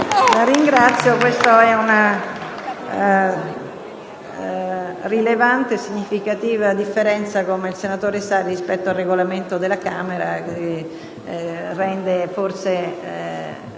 La ringrazio. Questa è una rilevante e significativa differenza, come il senatore sa, rispetto al Regolamento della Camera, che rende forse